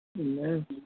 Amen